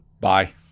Bye